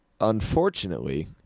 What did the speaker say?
Unfortunately